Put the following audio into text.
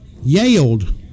Yelled